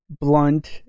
blunt